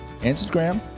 Instagram